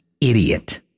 idiot